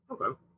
Okay